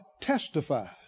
testifies